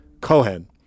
Cohen